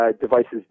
devices